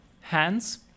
hands